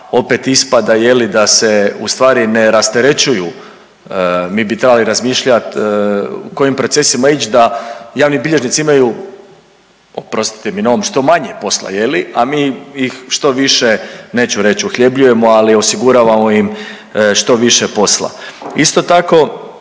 opet ispada je li da se ustvari ne rasterećuju, mi bi trebali razmišljat kojim procesima ić da javni bilježnici imaju, oprostite mi na ovom, što manje posla je li, a mi ih što više, neću reć uhljebljujemo, ali osiguravamo im što više posla. Isto tako